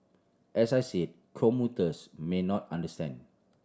as I said commuters may not understand